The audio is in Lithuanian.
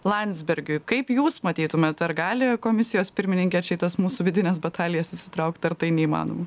landsbergiui kaip jūs matytumėt ar gali komisijos pirmininkė čia tas mūsų vidines batalijas įsitraukt ar tai neįmanoma